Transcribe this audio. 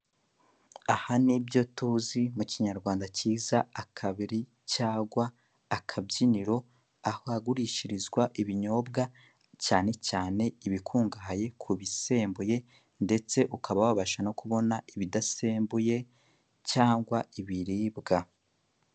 Aha ni ibyo tuzi mu kinyarwanda akabari cyangwa akabyiniro ahagurishirizwa ibinyobwa cyane cyane ibikungahaye kubisembuye ndetse ukaba wabasha no kubona ibidasembuye cyangwa ibiribwa.